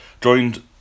joined